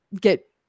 get